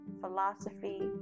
philosophy